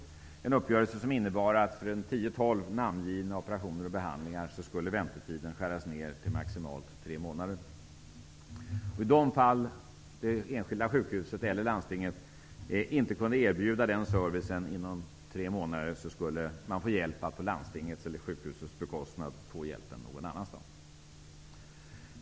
Det var en uppgörelse som innebar att väntetiden för 10--12 namngivna operationer och behandlingar skulle minskas till maximalt tre månader. I de fall det enskilda sjukhuset eller landstinget inte kunde erbjuda den servicen inom tre månader skulle man på sjukhusets eller landstingets bekostnad få hjälp någon annanstans.